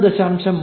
1